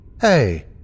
Hey